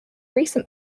recent